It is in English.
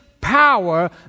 power